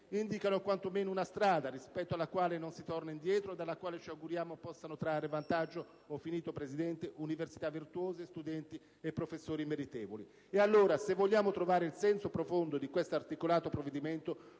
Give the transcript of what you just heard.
indicano quantomeno una strada rispetto alla quale non si torna indietro e dalla quale ci auguriamo possano trarre vantaggio università virtuose, studenti e professori meritevoli. E allora, se vogliamo trovare il senso profondo di questo articolato provvedimento,